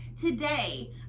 Today